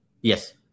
Yes